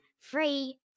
free